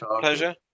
pleasure